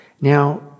Now